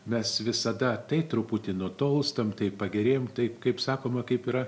mes visada tai truputį nutolstam taip pagerėjam taip kaip sakoma kaip yra